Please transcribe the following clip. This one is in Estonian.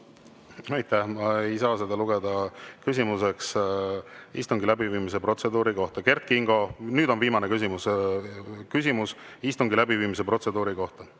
Ma ei saa seda lugeda küsimuseks istungi läbiviimise protseduuri kohta. Kert Kingo – nüüd on viimane küsimus –, küsimus istungi läbiviimise protseduuri kohta.